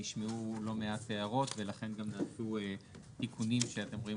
נשמעו לא מעט הערות ולכן נעשו איכונים שאתם רואים